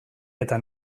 eta